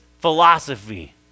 philosophy